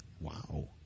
Wow